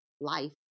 life